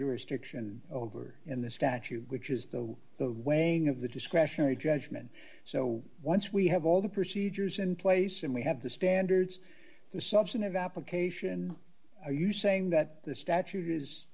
jurisdiction over in the statute which is the the weighing of the discretionary judgment so once we have all the procedures in place and we have the standards the substantive application are you saying that the statute is